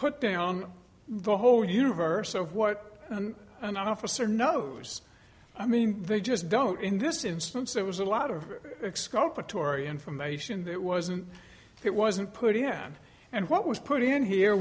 put down the whole universe of what and officer knows i mean they just don't in this instance there was a lot of exculpatory information that wasn't it wasn't put in hand and what was put in here